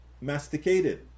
masticated